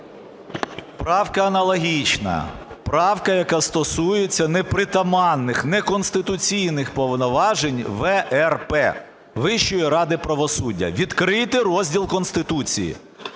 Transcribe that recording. Правка аналогічна. Правка, яка стосується непритаманних, неконституційних повноважень ВРП – Вищої ради правосуддя. Відкрийте розділ Конституції,